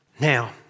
Now